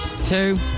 Two